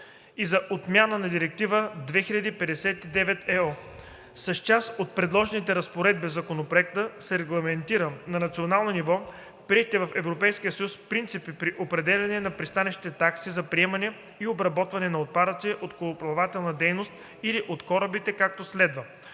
и за отмяна на Директива 2000/59/ЕО. С част от предложените разпоредби в Законопроекта се регламентират на национално ниво приетите в Европейския съюз принципи при определянето на пристанищните такси за приемане и обработване на отпадъци от корабоплавателната дейност или от корабите, както следва: